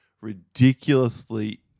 ridiculously